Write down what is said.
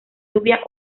lluvia